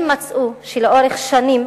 מחקרים מצאו שלאורך שנים